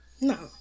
No